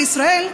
בישראל,